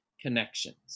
connections